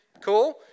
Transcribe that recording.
cool